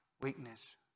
weakness